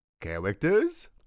characters